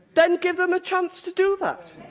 then give them a chance to do that.